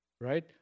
Right